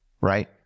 right